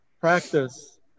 practice